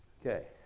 Okay